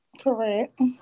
Correct